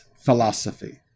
philosophy